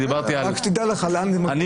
אלא אני כסימון הקטן,